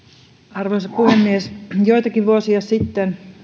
arvoisa puhemies joitakin vuosia sitten